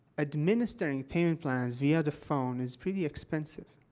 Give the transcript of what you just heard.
administering payment plans via the phone is pretty expensive,